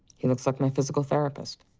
he looks like my physical therapist.